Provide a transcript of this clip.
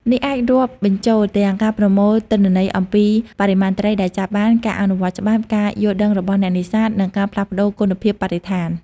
នេះអាចរាប់បញ្ចូលទាំងការប្រមូលទិន្នន័យអំពីបរិមាណត្រីដែលចាប់បាន ការអនុវត្តច្បាប់ ការយល់ដឹងរបស់អ្នកនេសាទ និងការផ្លាស់ប្តូរគុណភាពបរិស្ថាន។